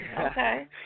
Okay